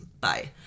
bye